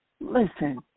Listen